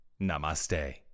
Namaste